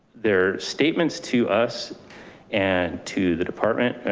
their statements to us and to the department,